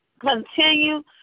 continue